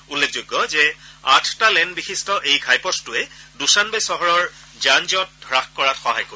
উল্লেখযোগ্য যে আঠটা লেন বিশিষ্ট এই ঘাইপথটোৱে দুশানবে' চহৰৰ যান জট হ্থাস কৰাত সহায় কৰিব